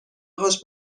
هاش